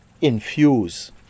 infuse